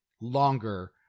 longer